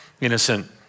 innocent